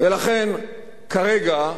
לכן, כרגע,